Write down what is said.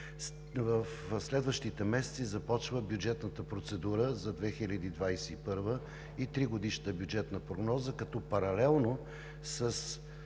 В следващите месеци започва бюджетната процедура за 2021 г. и тригодишната бюджетна прогноза, като паралелно с